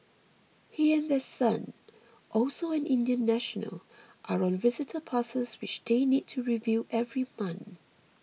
he and their son also an Indian national are on visitor passes which they need to renew every month